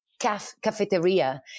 cafeteria